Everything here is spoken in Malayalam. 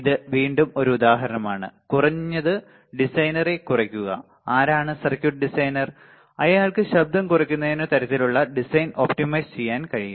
ഇത് വീണ്ടും ഒരു ഉദാഹരണമാണ് കുറഞ്ഞത് ഡിസൈനറെ കുറയ്ക്കുക ആരാണ് സർക്യൂട്ട് ഡിസൈനർ അയാൾക്ക് ശബ്ദം കുറയ്ക്കുന്ന തരത്തിലുള്ള ഡിസൈൻ ഒപ്റ്റിമൈസ് ചെയ്യാൻ കഴിയും